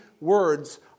words